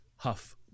Huff